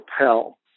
repel